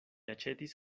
aĉetis